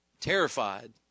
Terrified